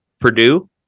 Purdue